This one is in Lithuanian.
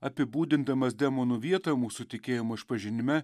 apibūdindamas demonų vietą mūsų tikėjimo išpažinime